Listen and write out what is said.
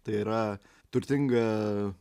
tai yra turtinga